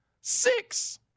Six